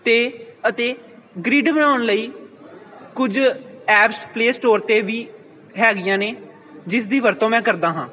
ਤੇ ਅਤੇ ਗਰਿਡ ਬਣਾਉਣ ਲਈ ਕੁਝ ਐਪਸ ਪਲੇ ਸਟੋਰ 'ਤੇ ਵੀ ਹੈਗੀਆਂ ਨੇ ਜਿਸ ਦੀ ਵਰਤੋਂ ਮੈਂ ਕਰਦਾ ਹਾਂ